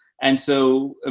and so, ah